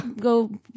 go